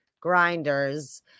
Grinders